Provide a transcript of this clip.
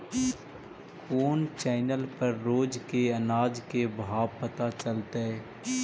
कोन चैनल पर रोज के अनाज के भाव पता चलतै?